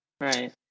right